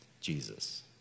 Jesus